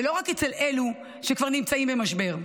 ולא רק אצל אלו שכבר נמצאים במשבר.